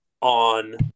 on